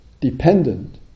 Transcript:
dependent